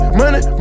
money